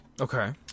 Okay